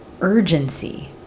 Urgency